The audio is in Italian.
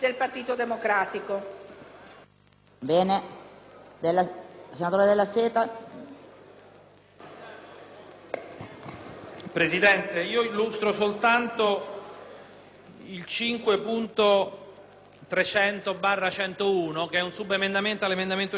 Presidente, io illustro soltanto l'emendamento 5.300/101, che è un subemendamento all'emendamento 5.300, presentato dalla Commissione. Il tema è molto delicato